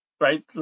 right